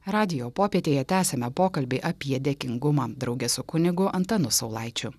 radijo popietėje tęsiame pokalbį apie dėkingumą drauge su kunigu antanu saulaičiu